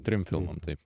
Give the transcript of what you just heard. trim filmam taip